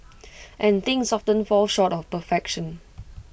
and things often fall short of perfection